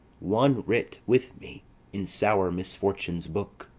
one writ with me in sour misfortune's book!